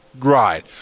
ride